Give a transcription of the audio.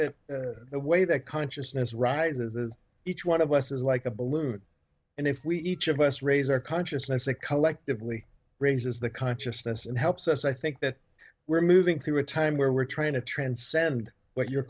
that the way that consciousness rises is each one of us is like a balloon and if we each of us raise our consciousness a collectively raises the consciousness and helps us i think that we're moving through a time where we're trying to transcend what you're